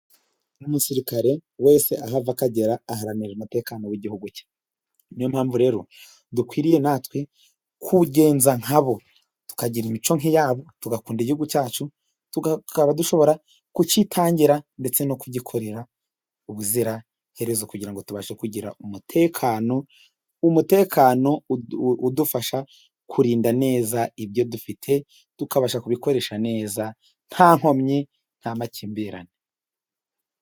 Umusirikare wese aho ava akagera aharanira umutekano w'igihugu cye, niyo mpamvu rero dukwiriye natwe kuwugenza nkabo tukagira imico nk'iyabo. Tugakunda igihugu cyacu twaba dushobora kukitangira ndetse no kugikorera ubuziraherezo, kugira ngo tubashe kugira umutekano. Umutekano udufasha kurinda neza ibyo dufite tukabasha kubikoresha neza nta nkomyi nta makimbirane.